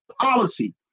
policy